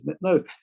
No